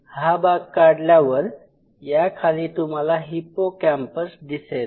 हा भाग काढल्यावर या खाली तुम्हाला हिप्पोकॅम्पस दिसेल